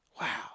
wow